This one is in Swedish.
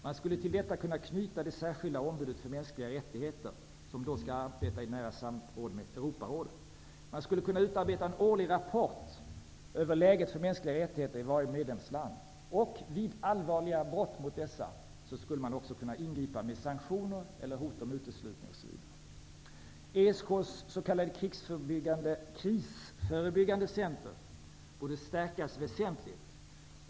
Man skulle till detta kunna knyta det särskilda ombudet för mänskliga rättigheter, som då skall arbeta i nära samråd med Europarådet. En årlig rapport skulle kunna utarbetas om läget för de mänskliga rättigheterna i varje medlemsland. Vid allvarliga brott mot dessa rättigheter skulle man också kunna ingripa med sanktioner eller hot om uteslutning, osv. ESK:s s.k. krisförebyggande center borde stärkas väsentligt.